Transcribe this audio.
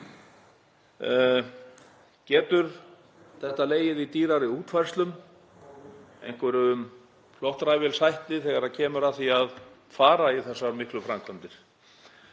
Getur þetta legið í dýrari útfærslum, einhverjum flottræfilshætti þegar að því kemur að fara í þessar miklu framkvæmdir?